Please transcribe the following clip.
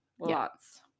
lots